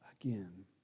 again